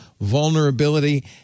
vulnerability